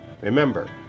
Remember